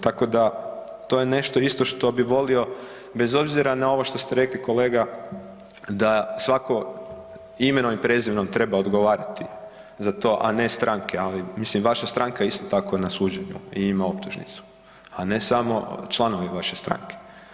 Tako da to je nešto isto što bi volio bez obzira na ovo što ste rekli kolega da svako imenom i prezimenom treba odgovarati za to, a ne stranke, ali mislim vaša stranka je isto tako na suđenju i ima optužnicu, a ne samo članovi vaše stranke.